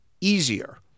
easier